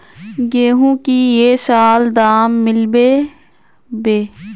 गेंहू की ये साल दाम मिलबे बे?